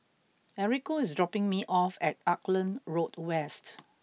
Enrico is dropping me off at Auckland Road West